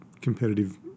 competitive